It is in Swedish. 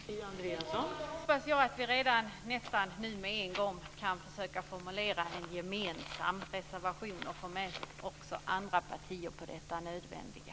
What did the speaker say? Fru talman! Då hoppas jag att vi nästan redan nu med en gång kan försöka formulera reservation och få med också andra partier på detta nödvändiga.